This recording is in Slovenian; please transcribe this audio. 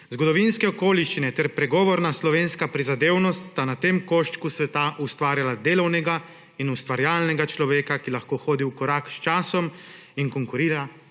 Zgodovinske okoliščine ter pregovorna slovenska prizadevnost sta na tem koščku sveta ustvarjala delovnega in ustvarjalnega človeka, ki lahko hodi v korak s časom in konkurira